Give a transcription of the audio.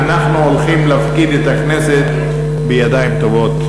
אנחנו הולכים להפקיד את הכנסת בידיים טובות,